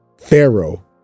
Pharaoh